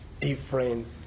Different